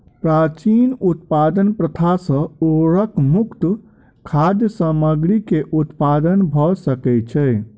प्राचीन उत्पादन प्रथा सॅ उर्वरक मुक्त खाद्य सामग्री के उत्पादन भ सकै छै